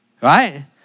right